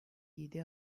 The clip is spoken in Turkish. yedi